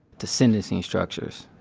the sentencing structures.